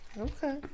Okay